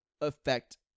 affect